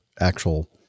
actual